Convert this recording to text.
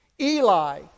Eli